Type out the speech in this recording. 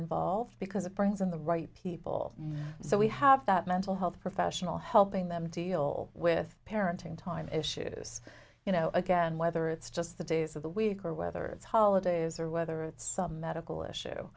involved because it brings in the right people so we have that mental health professional helping them deal with parenting time issues you know again whether it's just the days of the week or whether it's holidays or whether it's some medical issue